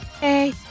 Hey